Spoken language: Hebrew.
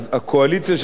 הקואליציה,